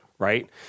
right